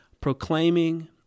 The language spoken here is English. Proclaiming